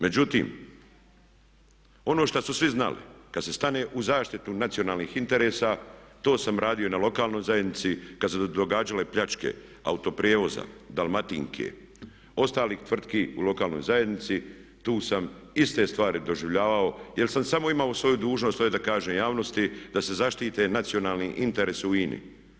Međutim, ono što su svi znali kad se stane u zaštitu nacionalnih interesa to sam radio i na lokalnoj zajednici kad su se događale pljačke Autoprijevoza Dalmatinke, ostalih tvrtki u lokalnoj zajednici tu sam iste stvari doživljavao jer sam samo imao svoju dužnost to je da kažem javnosti da se zaštite nacionalni interesi u INA-i.